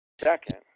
Second